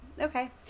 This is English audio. Okay